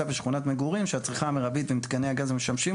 בשכונת מגורים שהצריכה המירבית במתקני הגז המשמשים